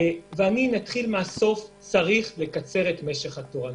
נתחיל מהסוף צריך לקצר את משך התורנויות.